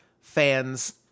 fans